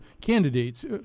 candidates